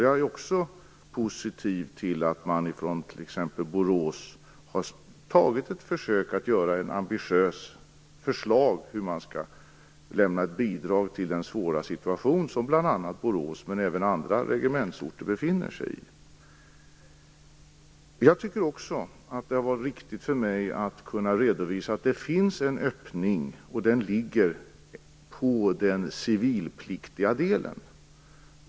Jag är också positiv till att man t.ex. i Borås har försökt att lägga fram ambitiösa förslag till bidrag i en svår situation som bl.a. Borås men även andra regementsorter befinner sig i. Jag tycker också att det har varit riktigt för mig att redovisa att det finns en öppning, och den ligger på den civilpliktiga delen.